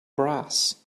brass